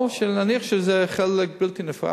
או שנניח שזה חלק בלתי נפרד,